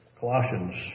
Colossians